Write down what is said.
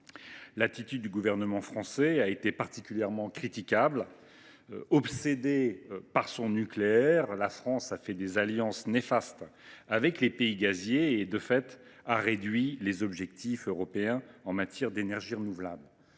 l’attitude du gouvernement français a été particulièrement critiquable. Obsédée par son nucléaire, la France a conclu des alliances néfastes avec les pays gaziers, réduisant de fait les objectifs européens en matière d’énergies renouvelables.